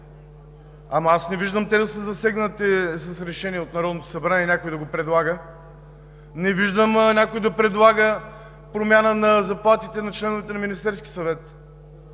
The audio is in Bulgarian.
но аз не виждам те да са засегнати с решение от Народното събрание и някой да го предлага. Не виждам някой да предлага промяна на заплатите на членовете на Министерския съвет.